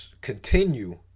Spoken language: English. continue